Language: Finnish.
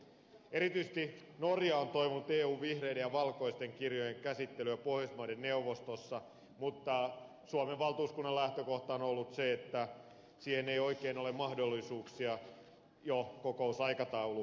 erityisesti norja on toivonut eun vihreiden ja valkoisten kirjojen käsittelyä pohjoismaiden neuvostossa mutta suomen valtuuskunnan lähtökohta on ollut se että siihen ei oikein ole mahdollisuuksia jo kokousaikataulusyistä